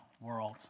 world